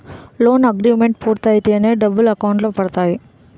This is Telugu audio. లోన్ అగ్రిమెంట్ పూర్తయితేనే డబ్బులు అకౌంట్ లో పడతాయి